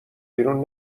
بیرون